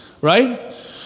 right